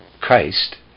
Christ